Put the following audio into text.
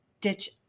ditch